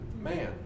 Man